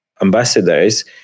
ambassadors